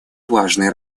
важной